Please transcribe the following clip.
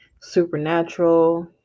Supernatural